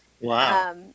Wow